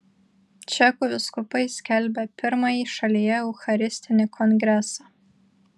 čekų vyskupai skelbia pirmąjį šalyje eucharistinį kongresą